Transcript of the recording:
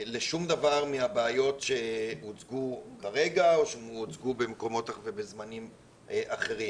לשום דבר מן הבעיות שהוצגו כרגע או שהוצגו במקומות וזמנים אחרים.